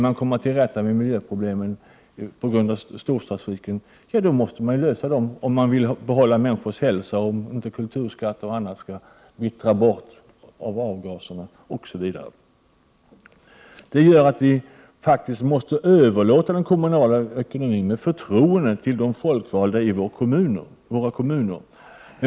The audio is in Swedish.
Man måste lösa problemen till följd av trafiken i storstäderna, om man vill att människor skall få behålla sin hälsa och om man inte vill att kulturskatter och annat skall vittra bort av avgaserna, osv. Detta gör att vi måste överlåta den kommunala ekonomin med förtroende till de folkvalda i våra kommuner.